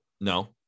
No